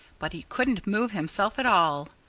but he couldn't move himself at all.